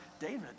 David